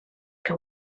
que